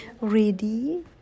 Ready